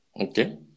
Okay